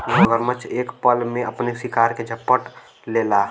मगरमच्छ एक पल में अपने शिकार के झपट लेला